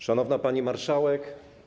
Szanowna Pani Marszałek!